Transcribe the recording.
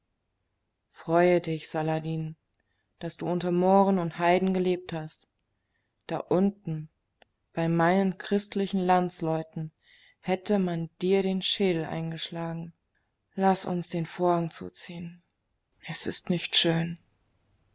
freue dich saladin daß du unter mohren und heiden gelebt hast da unten bei meinen christlichen landsleuten hätte man dir den schädel eingeschlagen laß uns den vorhang zuziehen es ist nicht schön